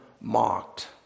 mocked